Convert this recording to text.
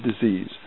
disease